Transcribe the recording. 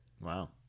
Wow